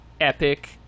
epic